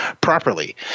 properly